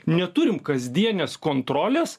neturim kasdienės kontrolės